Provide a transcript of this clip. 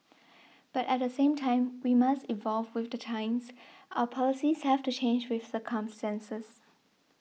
but at the same time we must evolve with the times our policies have to change with circumstances